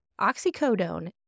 Oxycodone